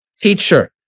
teacher